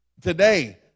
today